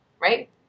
Right